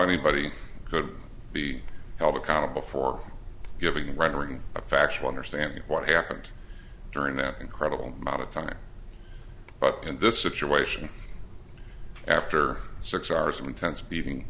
anybody could be held accountable for giving rendering a factual understanding what happened during that incredible amount of time but in this situation after six hours of intense beating